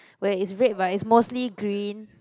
where it's red but it's mostly green